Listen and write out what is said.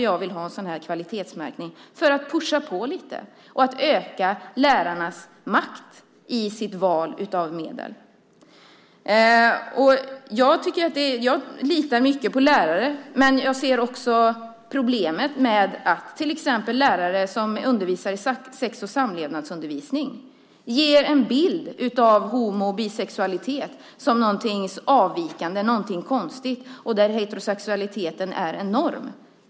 Jag vill ha en sådan här kvalitetsmärkning för att pusha på lite och öka lärarnas makt i valet av läromedel. Jag litar mycket på lärare, men jag ser också problemet med att lärare som undervisar i exempelvis sex och samlevnad ger en bild av homo och bisexualitet som något avvikande och konstigt och att heterosexualitet är norm.